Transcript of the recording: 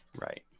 right